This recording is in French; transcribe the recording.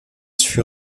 fut